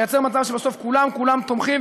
לייצר מצב שבסוף כולם כולם תומכים,